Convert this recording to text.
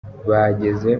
bageze